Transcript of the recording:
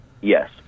Yes